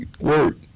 work